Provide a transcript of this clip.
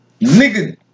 Nigga